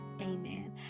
amen